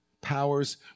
powers